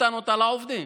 נתן אותה לעובדים.